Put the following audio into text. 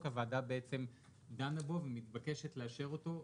הוועדה בעצם דנה בו ומתבקשת לאשר אותו בדיעבד.